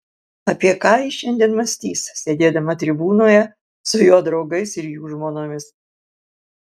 apie ką ji šiandien mąstys sėdėdama tribūnoje su jo draugais ir jų žmonomis